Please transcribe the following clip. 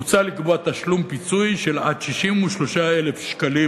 מוצע לקבוע תשלום פיצוי של עד 63,000 שקלים